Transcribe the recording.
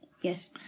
Yes